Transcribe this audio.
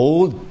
Old